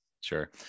sure